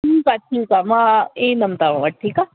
ठीकु आहे ठीकु आहे मां ईंदमि तव्हां वटि ठीकु आहे